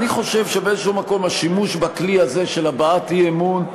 אני חושב שבאיזה מקום השימוש בכלי הזה של הבעת אי-אמון,